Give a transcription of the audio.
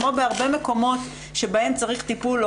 כמו בהרבה מקומות שבהם צריך טיפול,